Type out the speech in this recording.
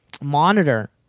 monitor